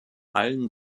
allen